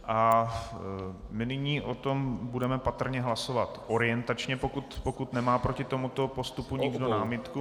A my nyní o tom budeme patrně hlasovat orientačně, pokud nemá proti tomuto postupu nikdo námitku.